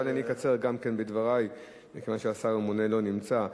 אבל אני אקצר בדברי מכיוון שהשר הממונה לא נמצא.